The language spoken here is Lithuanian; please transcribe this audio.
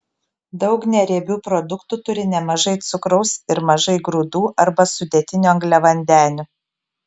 daug neriebių produktų turi nemažai cukraus ir mažai grūdų arba sudėtinių angliavandenių